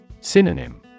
Synonym